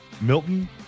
Milton